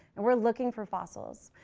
and we're looking for fossils.